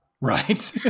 Right